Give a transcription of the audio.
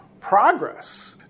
progress